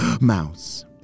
mouse